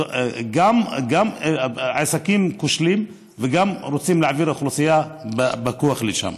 גם העסקים כושלים וגם רוצים להעביר אוכלוסייה בכוח לשם.